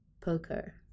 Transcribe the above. poker